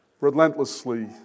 relentlessly